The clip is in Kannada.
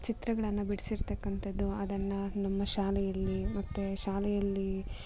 ಚಿತ್ರಗಳನ್ನು ಬಿಡಿಸಿರ್ತಕ್ಕಂಥದ್ದು ಅದನ್ನು ನಮ್ಮ ಶಾಲೆಯಲ್ಲಿ ಮತ್ತೆ ಶಾಲೆಯಲ್ಲಿ